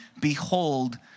behold